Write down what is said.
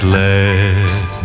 let